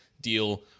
deal